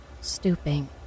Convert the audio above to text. Stooping